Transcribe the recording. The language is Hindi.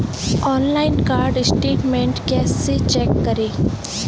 ऑनलाइन कार्ड स्टेटमेंट कैसे चेक करें?